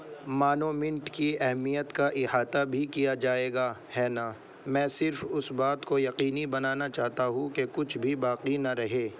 monument کی اہمیت کا احاطہ بھی کیا جائے گا ہے نا میں صرف اس بات کو یقینی بنانا چاہتا ہوں کہ کچھ بھی باقی نہ رہے